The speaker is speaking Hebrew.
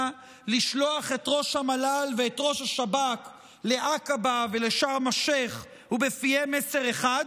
לשלוח את ראש המל"ל ואת ראש השב"כ לעקבה ולשארם א-שייח' ובפיהם מסר אחד,